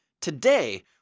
Today